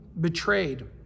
betrayed